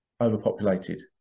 overpopulated